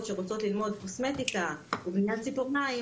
שרוצות ללמוד קוסמטיקה ובניית ציפורניים,